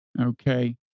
Okay